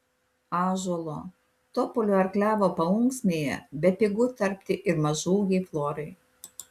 ąžuolo topolio ar klevo paunksmėje bepigu tarpti ir mažaūgei florai